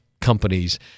companies